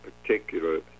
particular